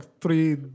three